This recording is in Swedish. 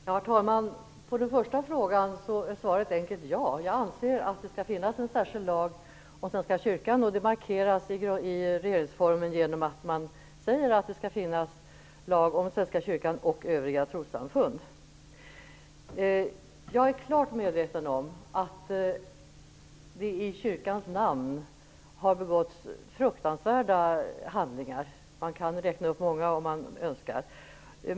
Herr talman! På den första frågan är svaret helt enkelt ja. Jag anser att det skall finnas en särskild lag om Svenska kyrkan, och det markeras i regeringsformen genom att man säger att det skall finnas lag om Jag är klart medveten om att det i kyrkans namn har begåtts fruktansvärda handlingar - man kan räkna upp många om man önskar.